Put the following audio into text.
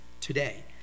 today